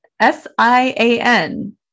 S-I-A-N